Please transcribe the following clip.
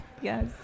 Yes